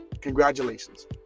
congratulations